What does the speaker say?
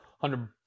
Hundred